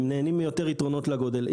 הם נהנים מיותר יתרונות לגודל.